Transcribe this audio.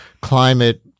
climate